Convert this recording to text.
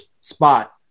spot